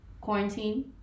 quarantine